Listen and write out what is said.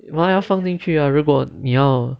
我们要算进去啊如果你要